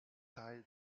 teil